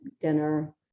dinner